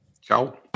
Ciao